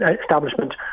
establishment